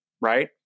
right